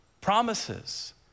promises